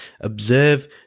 observe